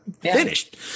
Finished